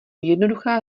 jednoduchá